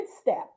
step